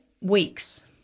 weeks